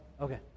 Okay